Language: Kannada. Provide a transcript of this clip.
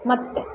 ಮತ್ತೆ